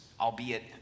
albeit